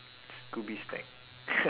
scooby snack